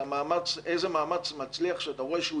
על איזה מאמץ מצליח שאתה רואה שהוא